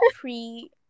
three